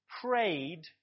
prayed